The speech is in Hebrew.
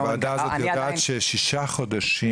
לוועדה הזאת לוקח שישה חודשים,